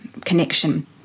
connection